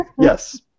yes